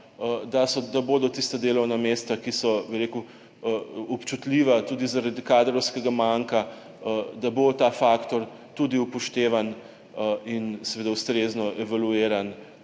da bodo tista delovna mesta, ki so občutljiva tudi zaradi kadrovskega manka, da bo ta faktor tudi upoštevan in seveda ustrezno evalviran